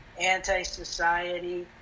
anti-society